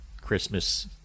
Christmas